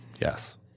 Yes